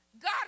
God